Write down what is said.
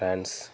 France